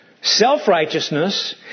self-righteousness